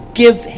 give